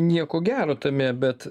nieko gero tame bet